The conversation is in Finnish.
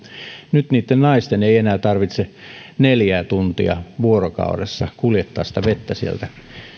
nyt niitten naisten ei enää tarvitse neljää tuntia vuorokaudessa kuljettaa vettä sieltä